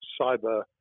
cyber